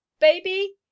baby